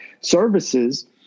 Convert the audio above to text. services